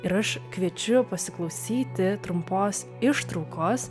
ir aš kviečiu pasiklausyti trumpos ištraukos